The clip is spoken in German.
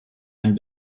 ein